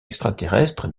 extraterrestre